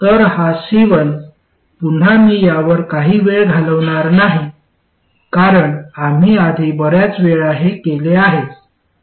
तर हा C1 पुन्हा मी यावर काही वेळ घालवणार नाही कारण आम्ही आधी बर्याच वेळा हे केले आहे